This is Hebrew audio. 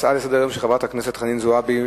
הצעה לסדר-היום של חברת הכנסת חנין זועבי,